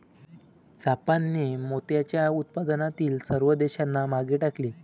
जापानने मोत्याच्या उत्पादनातील सर्व देशांना मागे टाकले